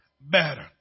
better